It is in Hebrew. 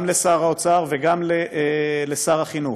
גם לשר האוצר וגם לשר החינוך,